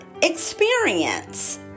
experience